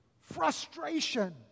frustration